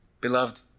Beloved